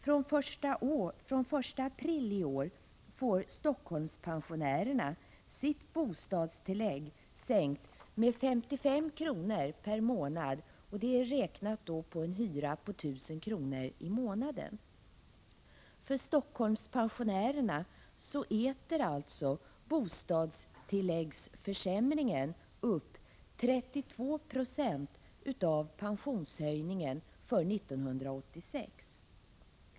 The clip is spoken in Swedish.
Från den 1 april i år får Helsingforsspensionärerna sitt bostadstillägg sänkt med 55 kr. per månad, detta då räknat på en hyra på 1 000 kr. i månaden. För Helsingforsspensionärerna äter alltså bostadstilläggsförsämringen upp 32 96 av pensionshöjningen för 1986.